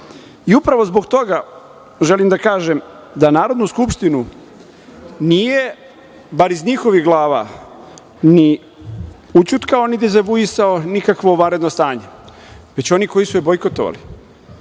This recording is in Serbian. raditi. Upravo zbog toga želim da kažem da Narodnu skupštinu nije, bar iz njihovih glava, ni ućutkalo, niti dezavuisalo nikakvo vanredno stanje, već oni koji su je bojkotovali. Sve